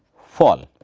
fall.